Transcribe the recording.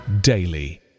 daily